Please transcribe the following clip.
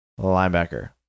linebacker